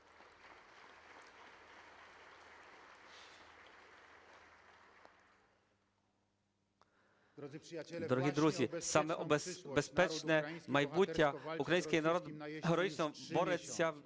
Дорогі друзі, саме за безпечне майбуття український народ героїчно бореться